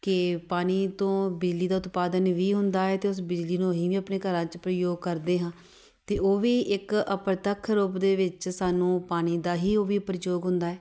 ਕਿ ਪਾਣੀ ਤੋਂ ਬਿਜਲੀ ਦਾ ਉਤਪਾਦਨ ਵੀ ਹੁੰਦਾ ਹੈ ਅਤੇ ਉਸ ਬਿਜਲੀ ਨੂੰ ਅਸੀਂ ਵੀ ਆਪਣੇ ਘਰਾਂ 'ਚ ਪ੍ਰਯੋਗ ਕਰਦੇ ਹਾਂ ਅਤੇ ਉਹ ਵੀ ਇੱਕ ਅਪ੍ਰਤੱਖ ਰੂਪ ਦੇ ਵਿੱਚ ਸਾਨੂੰ ਪਾਣੀ ਦਾ ਹੀ ਉਹ ਵੀ ਪ੍ਰਯੋਗ ਹੁੰਦਾ ਹੈ